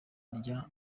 rya